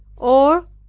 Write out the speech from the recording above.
or,